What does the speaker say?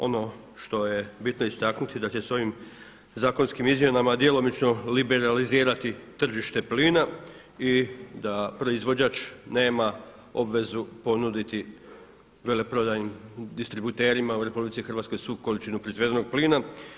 Ono što je bitno istaknuti da će se ovim zakonskim izmjenama djelomično liberalizirati tržište plina i da proizvođač nema obvezu ponuditi veleprodaju distributerima u RH svu količinu proizvedenog plina.